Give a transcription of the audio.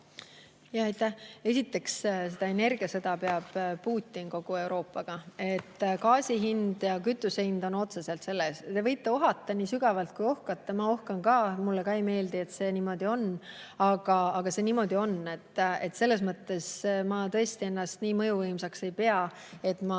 Esiteks, seda energiasõda peab Putin kogu Euroopaga, gaasi hind ja kütuse hind tulenevad otseselt sellest. Te võite ohata nii sügavalt, kui te ohkate, ma ohkan ka, mulle ka ei meeldi, et see niimoodi on, aga see niimoodi on. Ma tõesti ennast nii mõjuvõimsaks ei pea, et